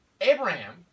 Abraham